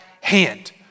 hand